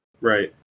Right